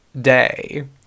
day